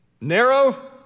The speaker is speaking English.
narrow